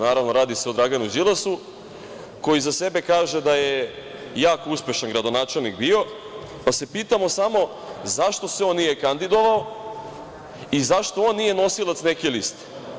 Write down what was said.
Naravno, radi se o Draganu Đilasu, koji za sebe kaže da je jako uspešan gradonačelnik bio, pa se pitamo samo zašto se on nije kandidovao i zašto on nije nosilac neke liste?